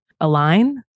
align